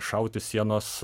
šauti sienos